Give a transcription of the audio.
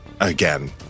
again